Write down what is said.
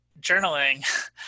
journaling